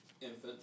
infant